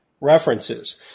references